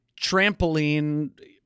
trampoline